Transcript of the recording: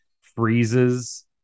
freezes